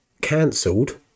cancelled